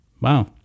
Wow